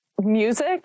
music